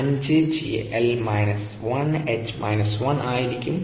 5 gl 1h 1 ആയിരിക്കും